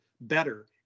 better